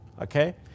okay